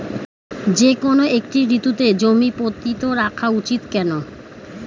যেকোনো একটি ঋতুতে জমি পতিত রাখা উচিৎ কেন?